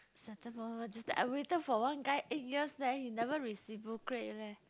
I waited for one guy eight years then he never reciprocate leh